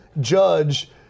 judge